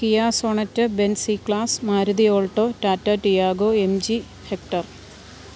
Kia Sonet Benz C class Maruti alto Tata Tiago MG hector